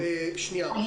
זה רק